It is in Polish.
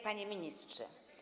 Panie Ministrze!